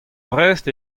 brest